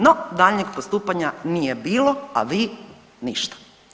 No, daljnje postupanja nije bilo, a vi ništa.